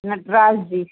Nataraj जी